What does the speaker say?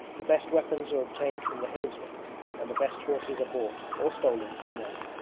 the best weapons are obtained from the hillsmen and the best horses are bought, or stolen, from them.